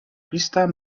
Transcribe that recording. crystal